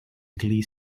glee